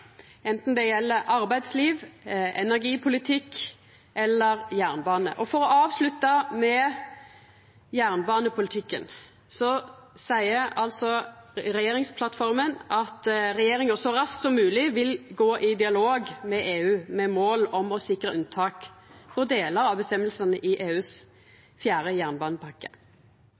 det gjeld arbeidsliv, energipolitikk eller jernbane. For å avslutta med jernbanepolitikken: Regjeringsplattforma seier altså at regjeringa, så raskt som mogleg, vil gå i dialog med EU med mål om å sikra unntak frå delar av føresegnene i EUs fjerde